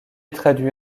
traduit